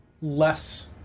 less